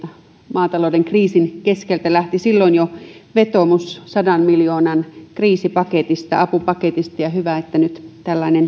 maatalouden kriisin keskeltä lähti vetoomus sadan miljoonan kriisipaketista apupaketista ja on hyvä että nyt